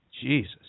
Jesus